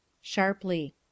Sharply